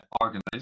organized